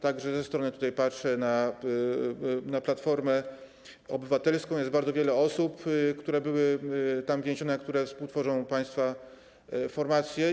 Także z tej strony - tutaj patrzę na Platformę Obywatelską - jest bardzo wiele osób, które były tam więzione, a które współtworzą państwa formację.